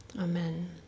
Amen